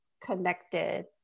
connected